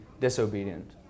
disobedient